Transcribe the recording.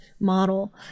model